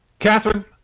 Catherine